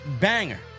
banger